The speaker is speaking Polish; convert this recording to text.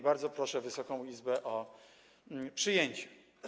Bardzo proszę Wysoką Izbę o jej przyjęcie.